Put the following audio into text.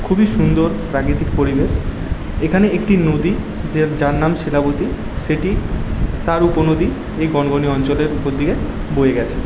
খুবই সুন্দর প্রাকৃতিক পরিবেশ এখানে একটি নদী যার যার নাম শিলাবতী সেটি তার উপনদী এই গনগনি অঞ্চলের উপর দিয়ে বয়ে গিয়েছে